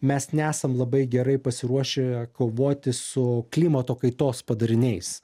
mes nesam labai gerai pasiruošę kovoti su klimato kaitos padariniais